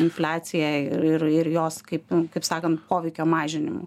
infliacija ir ir jos kaip kaip sakant poveikio mažinimu